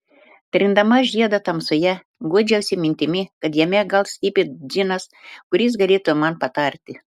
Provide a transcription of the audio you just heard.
trindama žiedą tamsoje guodžiausi mintimi kad jame gal slypi džinas kuris galėtų man patarti